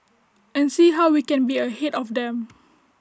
and see how we can be ahead of them